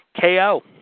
KO